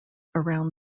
around